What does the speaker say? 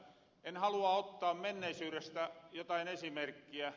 en halua ottaa menneisyyrestä jotain esimerkkiä